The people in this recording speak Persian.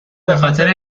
بخاطر